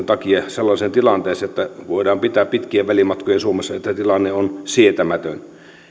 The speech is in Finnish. takia sellaiseen tilanteeseen jota voidaan pitää pitkien välimatkojen suomessa sietämättömänä